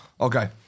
Okay